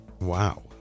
Wow